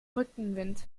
rückenwind